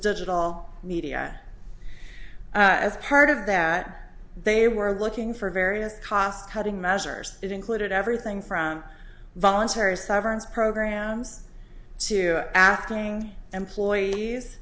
digital media as part of that they were looking for various cost cutting measures that included everything from voluntary severance programs to after being employees